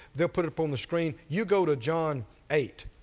they'll put it up on the screen. you go to john eight.